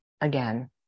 again